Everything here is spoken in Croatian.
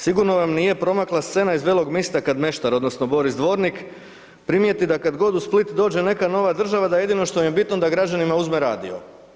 Sigurno vam nije promakla scena iz „Velog mista“ kad meštar odnosno Boris Dvornik primijeti da kad god u Splitu dođe neka nova država da jedino što im je bitno da građanima uzme radio.